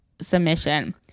submission